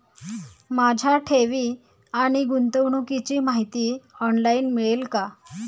माझ्या ठेवी आणि गुंतवणुकीची माहिती ऑनलाइन मिळेल का?